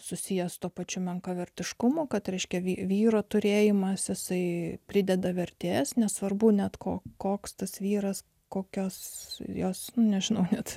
susiję su tuo pačiu menkavertiškumo kad reiškia vyro turėjimas jisai prideda vertės nesvarbu net ko koks tas vyras kokios jos nežino net